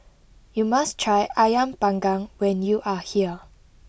you must try Ayam Panggang when you are here